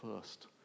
first